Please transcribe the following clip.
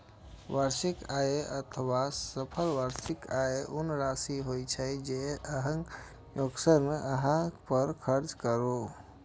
वार्षिक आय अथवा सकल वार्षिक आय ऊ राशि होइ छै, जे अहांक नियोक्ता अहां पर खर्च करैए